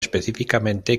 específicamente